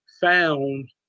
found